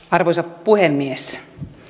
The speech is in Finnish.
arvoisa puhemies